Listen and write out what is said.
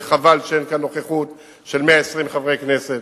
וחבל שאין כאן נוכחות של 120 חברי כנסת.